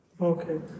Okay